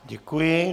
Děkuji.